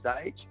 stage